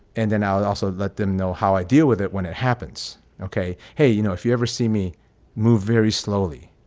and then i would also let them know how i deal with it when it happens. ok. hey, you know, if you ever see me move very slowly,